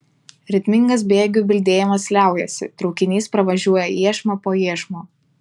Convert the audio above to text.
ritmingas bėgių bildėjimas liaujasi traukinys pravažiuoja iešmą po iešmo